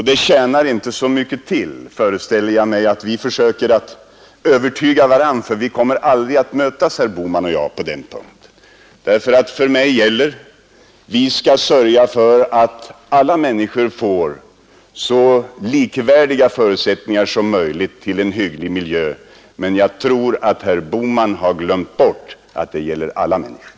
Det tjänar inte så mycket till, föreställer jag mig, att vi försöker att övertyga varandra, för vi kommer aldrig att mötas på den punkten, herr Bohman och jag. För mig gäller det att vi skall sörja för att alla människor får så likvärdiga förutsättningar som möjligt till en hygglig miljö. Jag tror att herr Bohman har glömt bort att det gäller alla människor.